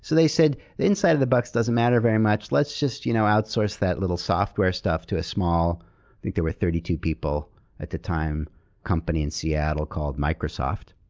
so they said, the inside of the box doesn't matter very much. let's just you know outsource that little software stuff to a small. i think they were thirty two people at the time company in seattle called microsoft.